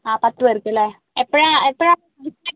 അ പത്ത് പേർക്കല്ലേ എപ്പഴാണ് എപ്പഴാണ് വേണ്ടത്